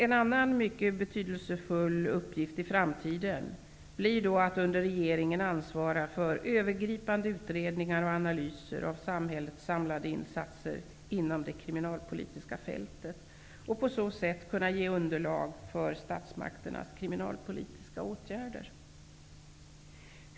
En annan mycket betydelsefull uppgift i framtiden blir att under regeringen ansvara för övergripande utredningar och analyser av samhällets samlade insatser inom det kriminalpolitiska fältet och på så sätt kunna ge underlag för statsmakternas kriminalpolitiska åtgärder.